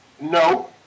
No